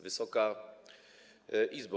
Wysoka Izbo!